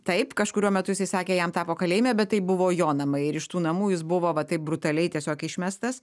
taip kažkuriuo metu jisai sakė jam tapo kalėjime bet tai buvo jo namai ir iš tų namų jis buvo va taip brutaliai tiesiog išmestas